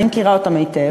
אני מכירה אותם היטב,